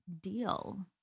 deal